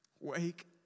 Wake